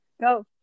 Go